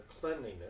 cleanliness